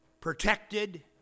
protected